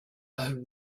over